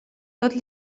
tot